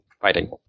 fighting